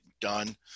done